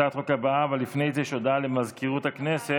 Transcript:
הצעת החוק הבאה, לפני זה יש הודעה למזכירות הכנסת.